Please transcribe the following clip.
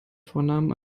vornamen